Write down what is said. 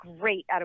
great